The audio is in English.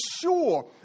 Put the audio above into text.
sure